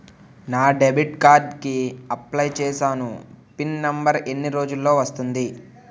నా debit card కి apply చూసాను పిన్ నంబర్ ఎన్ని రోజుల్లో వస్తుంది?